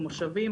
במושבים,